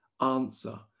answer